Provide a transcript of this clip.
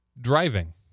Driving